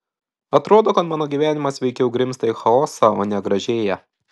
atrodo kad mano gyvenimas veikiau grimzta į chaosą o ne gražėja